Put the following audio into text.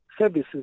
services